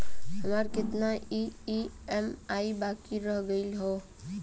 हमार कितना ई ई.एम.आई बाकी रह गइल हौ?